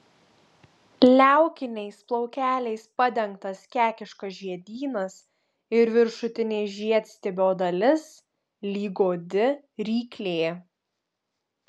liaukiniais plaukeliais padengtas kekiškas žiedynas ir viršutinė žiedstiebio dalis lyg godi ryklė